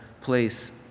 place